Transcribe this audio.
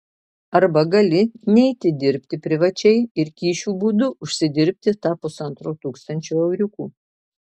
arba gali neiti dirbti privačiai ir kyšių būdu užsidirbti tą pusantro tūkstančio euriukų